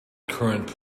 current